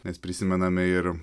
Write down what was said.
nes prisimename ir